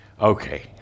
Okay